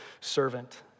servant